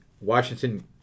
Washington